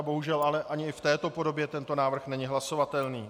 Bohužel ani v této podobě tento návrh není hlasovatelný.